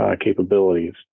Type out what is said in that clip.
capabilities